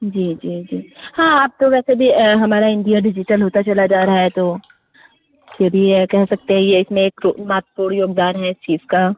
जी जी जी हाँ अब तो वैसे भी हमारा इंडिया डिजिटल होता चला जा रहा है तो यदि यह कह सकते हैं यह इसमें एक मातपूर्ण योगदान है इस चीज़ का